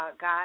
God